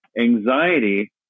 Anxiety